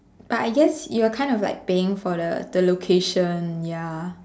like I guess you are kind of like paying for the the location ya